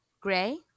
Gray